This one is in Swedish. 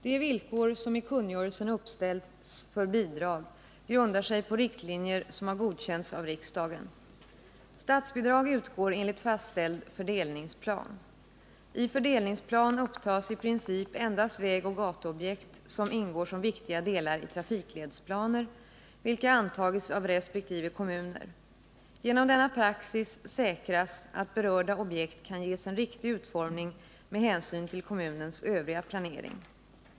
De villkor som i kungörelsen uppställs för bidrag grundar sig på riktlinjer som har godkänts av riksdagen. Statsbidrag utgår enligt fastställd fördelningsplan. I fördelningsplan upptas i princip endast vägoch gatuobjekt som ingår som viktiga delar i trafikledsplaner, vilka antagits av resp. kommuner. Genom denna praxis säkras att berörda objekt kan ges en riktig utformning med hänsyn till kommunens övriga planering.